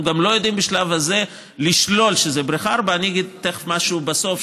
אנחנו גם לא יודעים בשלב הזה לשלול שזו בריכה 4. אני אגיד משהו בסוף,